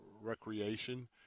recreation